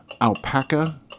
Alpaca